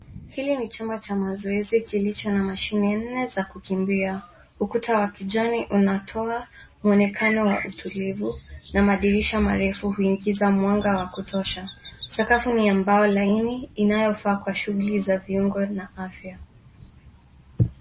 Hili ni chumba cha mazoezi kilicho na mashine nne za kukimbia. Ukuta wa kijani unatoa mwonekano wa utulivu na madirisha marefu huingiza mwanga wa kutosha. Sakafu ni ya mbao laini inayofaa kwa shughuli za viungo na afya.